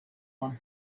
one